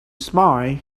smiled